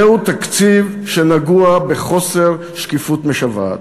זהו תקציב שנגוע בחוסר שקיפות משווע.